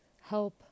help